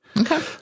Okay